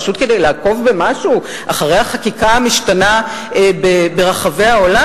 פשוט כדי לעקוב במשהו אחרי החקיקה המשתנה ברחבי העולם,